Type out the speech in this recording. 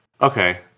okay